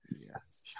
yes